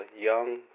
Young